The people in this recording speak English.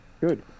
Good